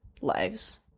lives